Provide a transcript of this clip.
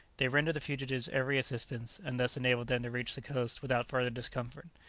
they rendered the fugitives every assistance, and thus enabled them to reach the coast without further discomfort.